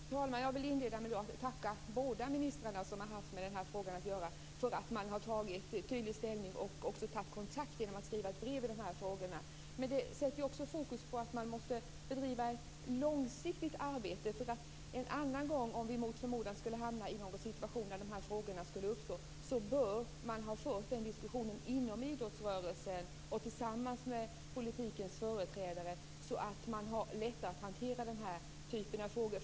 Fru talman! Jag vill inleda med att tacka båda ministrarna som har haft med frågan att göra för att de har tagit en tydlig ställning och för att de har tagit kontakt genom att skriva det där brevet. Här måste man bedriva ett långsiktigt arbete. En annan gång - om vi mot förmodan skulle hamna i en situation där dessa frågor blir aktuella - bör denna diskussion ha förts inom idrottsrörelsen och tillsammans med politiker så att det blir lättare att hantera den här typen av frågor.